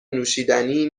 نوشیدنی